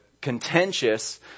contentious